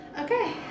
Okay